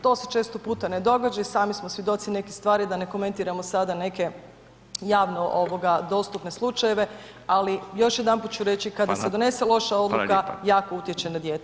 To se često puta ne događa, i sami smo svjedoci nekih stvari, da ne komentiramo sada neke javno dostupne slučajeve, ali još jedanput ću reći, kada [[Upadica Radin: Hvala.]] se donese loša odluka [[Upadica Radin: Hvala lijepa.]] jako utječe na dijete.